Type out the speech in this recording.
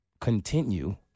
continue